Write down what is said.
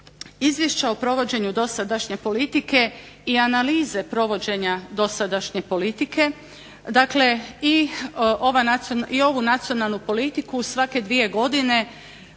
izvješća o provođenju dosadašnje politike i analize provođenja dosadašnje politike, dakle i ovu nacionalnu politiku svake dvije godine